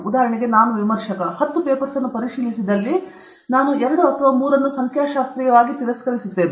ಉದಾಹರಣೆಗೆ ನಾನು ವಿಮರ್ಶಕ ನಾನು ಹತ್ತು ಪೇಪರ್ಸ್ ಅನ್ನು ಪರಿಶೀಲಿಸಿದಲ್ಲಿ ನಾನು 2 ಅಥವಾ 3 ಅನ್ನು ಸಂಖ್ಯಾಶಾಸ್ತ್ರೀಯವಾಗಿ ತಿರಸ್ಕರಿಸುತ್ತೇನೆ